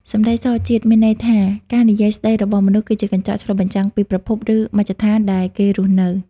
«សម្ដីសជាតិ» មានន័យថា ការនិយាយស្ដីរបស់មនុស្ស គឺជាកញ្ចក់ឆ្លុះបញ្ចាំងពីប្រភព ឬមជ្ឈដ្ឋានដែលគេរស់នៅ។